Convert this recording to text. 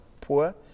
poor